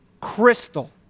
Crystal